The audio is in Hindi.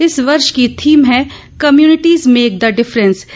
इस वर्ष की थीम है कम्युनिटीज मेक द डिफरेंस